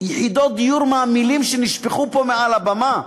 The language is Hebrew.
יחידות דיור מהמילים שנשפכו פה מעל הבמה